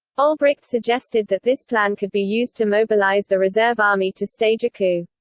olbricht suggested that this plan could be used to mobilise the reserve army to stage a coup.